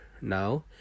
now